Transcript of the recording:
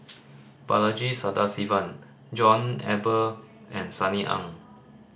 Balaji Sadasivan John Eber and Sunny Ang